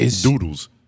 Doodles